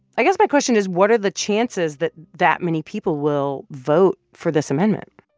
i guess my question is, what are the chances that that many people will vote for this amendment?